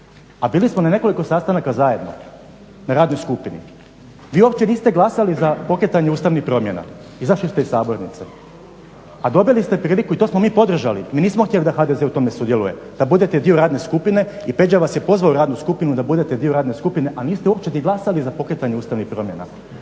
a bili smo na nekoliko sastanaka zajedno na radnoj u skupini. Vi uopće niste glasali za pokretanje ustavnih promjena. Izašli ste iz sabornice. A dobili ste priliku i to smo mi podržali, mi nismo htjeli da HDZ u tome sudjeluje, da budete dio radne skupine i Peđa vas je pozvao u radnu skupinu da budete dio radne skupine, a niste uopće ni glasali za pokretanje ustavnih promjena.